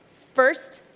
first,